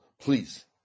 Please